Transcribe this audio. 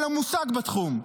אין לו מושג בתחום.